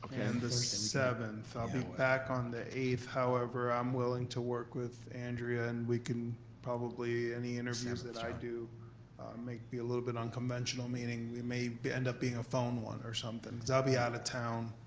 and the seven. i'll be back on the eight, however i'm willing to work with andrea, and we can probably, and the interviews that i do might be a little bit unconventional, meaning we may end up being a phone one or something, cause i'll ah be out of town.